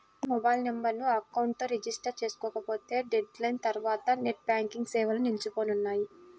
మీ mobile నెంబర్ను account తో register చేసుకోకపోతే డెడ్ లైన్ తర్వాత నెట్ బ్యాంకింగ్ సేవలు నిలిచిపోనున్నాయి